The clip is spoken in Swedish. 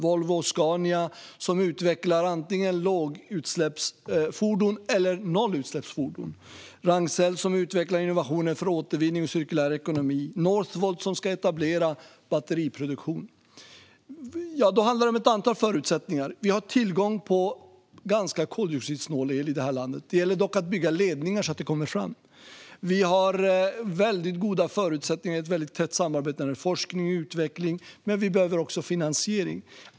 Volvo och Scania utvecklar antingen lågutsläppsfordon eller nollutsläppsfordon. Ragnsells utvecklar innovationer för återvinning och cirkulär ekonomi. Northvolt ska etablera batteriproduktion. Då handlar det om ett antal förutsättningar. Vi har tillgång till ganska koldioxidsnål el i detta land. Det gäller dock att bygga ledningar så att den kommer fram. Vi har mycket goda förutsättningar och ett mycket tätt samarbete när det gäller forskning och utveckling. Men vi behöver också finansiering.